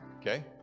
Okay